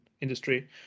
industry